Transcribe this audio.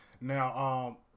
Now